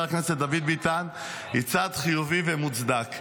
הכנסת דוד ביטן היא צעד חיובי ומוצדק.